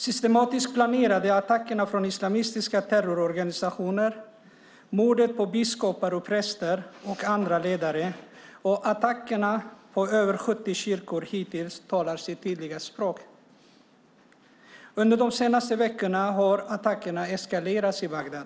Systematiskt planerade attacker från islamistiska terrororganisationer, mord på biskopar, präster och andra ledare och attackerna på hittills över 70 kyrkor talar sitt tydliga språk. Under de senaste veckorna har attackerna eskalerat i Bagdad.